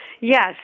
Yes